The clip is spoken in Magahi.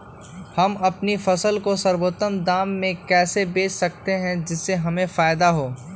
हम अपनी फसल को सर्वोत्तम दाम में कैसे बेच सकते हैं जिससे हमें फायदा हो?